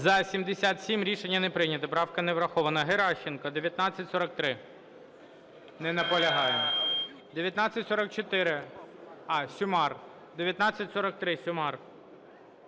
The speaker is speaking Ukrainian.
За-77 Рішення не прийнято. Правка не врахована. Геращенко, 1943. Не наполягає. 1944. А, Сюмар. 1943, Сюмар.